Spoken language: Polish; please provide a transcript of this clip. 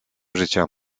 życia